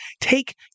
take